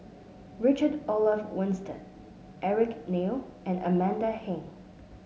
Richard Olaf Winstedt Eric Neo and Amanda Heng